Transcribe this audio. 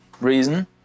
reason